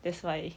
that's why